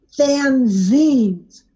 fanzines